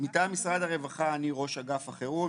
מטעם משרד הרווחה אני ראש אגף החירום.